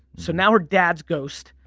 so now her dad's ghost.